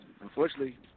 Unfortunately